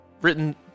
written